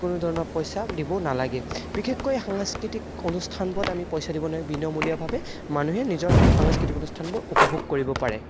কোনো ধৰণৰ পইচা দিব নালাগে বিশেষকৈ সাংস্কৃতিক অনুষ্ঠানবোৰত আমি পইচা দিব নোৱাৰে বিনমূলীয়াভাৱে মানুহে নিজৰ সাংস্কৃতিক অনুষ্ঠানবোৰ উপভোগ কৰিব পাৰে